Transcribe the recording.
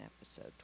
episode